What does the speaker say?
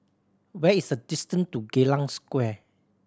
where is the distant to Geylang Square